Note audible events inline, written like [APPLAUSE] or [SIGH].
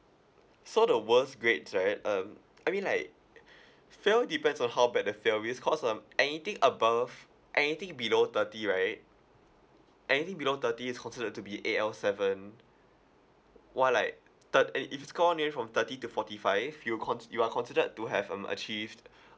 so the worst grades right um I mean like [BREATH] fail depends on how bad the fail is cause um anything above anything below thirty right anything below thirty is considered to be A_L seven what like third and if you score near from thirty to forty five you're cons~ you are considered to have um achieved [BREATH]